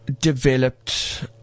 developed